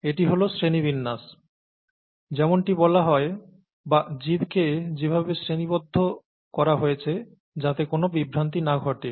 এটি হল শ্রেণীবিন্যাস যেমনটি বলা হয় বা জীবকে যেভাবে শ্রেণিবদ্ধ করা হয়েছে যাতে কোনও বিভ্রান্তি না ঘটে